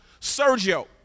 Sergio